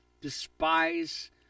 despise